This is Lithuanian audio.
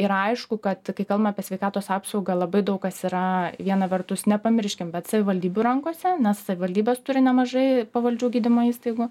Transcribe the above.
ir aišku kad kai kalbam apie sveikatos apsaugą labai daug kas yra viena vertus nepamirškim bet savivaldybių rankose nes savivaldybės turi nemažai pavaldžių gydymo įstaigų